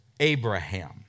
Abraham